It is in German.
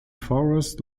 forest